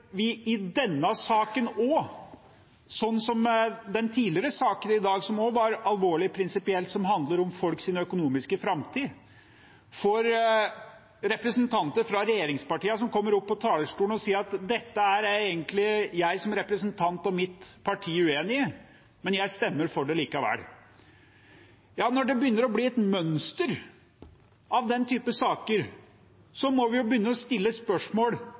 det i denne saken også – sånn som i den saken tidligere i dag som også var alvorlig prinsipielt, som handler om folks økonomiske framtid – kommer representanter fra regjeringspartiene opp på talerstolen og sier at dette er egentlig jeg som representant og mitt parti uenig i, men jeg stemmer for det likevel. Når det begynner å bli et mønster av den typen saker, må vi begynne å stille spørsmål: